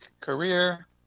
career